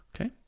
Okay